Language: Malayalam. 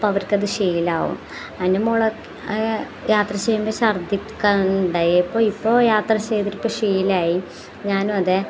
അപ്പം അവർക്കത് ശീലമാവും എൻ്റെ മോൾ യാത്ര ചെയ്യുമ്പോൾ ഛർദ്ദിക്കുക ഉണ്ടായി അപ്പം ഇപ്പോൾ യാത്ര ചെയ്തിട്ടിപ്പോൾ ശീലമായി ഞാനും അതെ